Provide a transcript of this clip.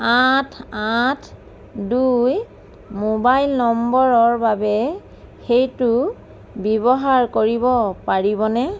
আঠ আঠ দুই মোবাইল নম্বৰৰ বাবে সেইটো ব্যৱহাৰ কৰিব পাৰিবনে